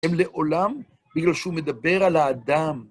הם לעולם, בגלל שהוא מדבר על האדם.